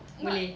boleh